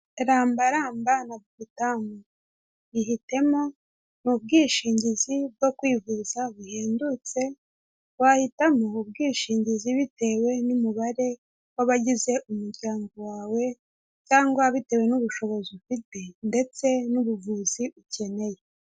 Ramba ramba na buritamu yihitemo n'ubwishingizi bwo kwivuza buhendutse wahitamo ubwishingizi bitewe n'umubare w'abagize umuryango wawe cyangwa bitewe n'ubushobozi ufite ndetse n'ubuvuzi ukeneye.